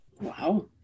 wow